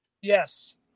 Yes